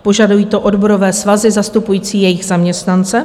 Požadují to oborové svazy zastupující jejich zaměstnance.